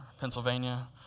Pennsylvania